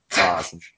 awesome